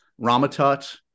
Ramatut